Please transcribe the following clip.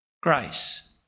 Grace